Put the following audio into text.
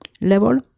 level